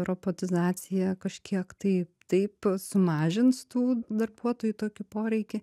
robotizacija kažkiek tai taip sumažins tų darbuotojų tokį poreikį